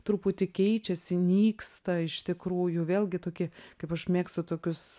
truputį keičiasi nyksta iš tikrųjų vėlgi tokie kaip aš mėgstu tokius